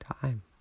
time